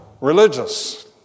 religious